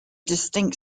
distinct